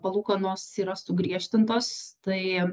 palūkanos yra sugriežtintos tai